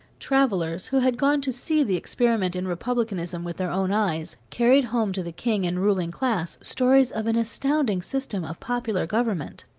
travelers, who had gone to see the experiment in republicanism with their own eyes, carried home to the king and ruling class stories of an astounding system of popular government.